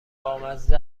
بامزه